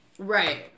Right